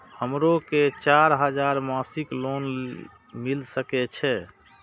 हमरो के चार हजार मासिक लोन मिल सके छे?